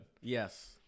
Yes